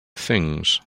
things